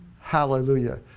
Hallelujah